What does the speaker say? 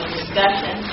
discussion